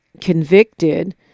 convicted